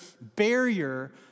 barrier